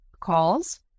calls